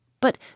But